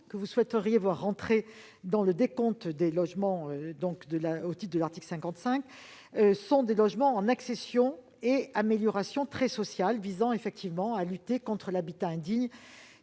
que vous souhaiteriez voir entrer dans le décompte des logements au titre de l'article 55 de la loi SRU, sont des logements en accession et amélioration très sociale. Ils visent à lutter contre l'habitat indigne,